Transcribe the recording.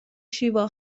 شیوا